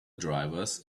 drivers